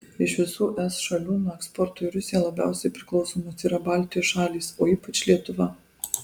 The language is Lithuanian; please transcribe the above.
iš visų es šalių nuo eksporto į rusiją labiausiai priklausomos yra baltijos šalys o ypač lietuva